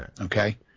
Okay